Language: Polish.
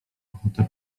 ochotę